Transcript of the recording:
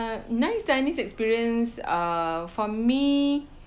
uh nice dining experience uh from me